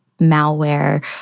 malware